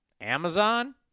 Amazon